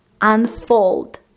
unfold